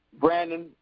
Brandon